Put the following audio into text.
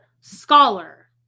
scholar